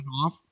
off